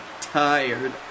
tired